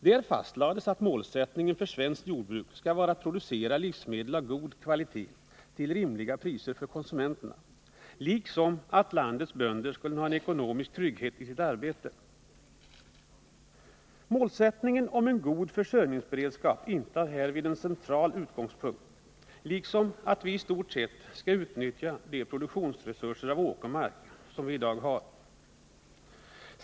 Där fastlades att målsättningen för svenskt jordbruk skall vara att producera livsmedel av god kvalitet till rimliga priser för konsumenterna, liksom att landets bönder skall ha ekonomisk trygghet i sitt arbete. Målsättningen om en god försörjningsberedskap är härvid en central utgångspunkt, liksom den förutsättningen att vi i stort sett skall utnyttja de produktionsresurser av åkermark som vi i dag har.